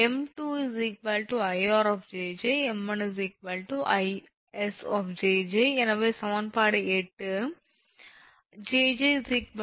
𝑚2 𝐼𝑅 𝑗𝑗 𝑚1 𝐼𝑆 𝑗𝑗 எனவே சமன்பாடு 8 𝑗𝑗 1